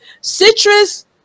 citrus